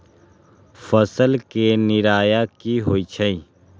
फसल के निराया की होइ छई?